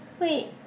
Wait